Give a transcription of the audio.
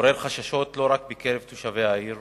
עורר חששות לא רק בקרב תושבי העיר